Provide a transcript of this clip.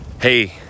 Hey